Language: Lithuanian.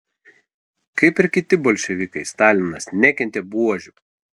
kaip ir kiti bolševikai stalinas nekentė buožių